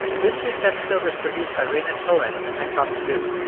this week's episode was produced by rhaina cohen and thomas lu.